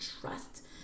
trust